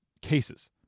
cases